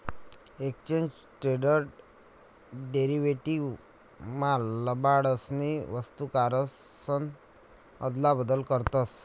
exchange traded derivatives मा लबाडसनी वस्तूकासन आदला बदल करतस